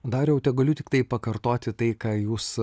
dariau tegaliu tiktai pakartoti tai ką jūs